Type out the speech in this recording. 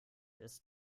ist